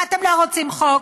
אתם לא רוצים חוק,